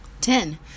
Ten